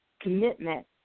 commitment